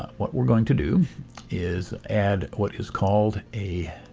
what we're going to do is add what is called a